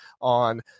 on